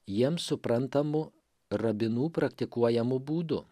jiems suprantamu rabinų praktikuojamu būdu